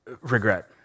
regret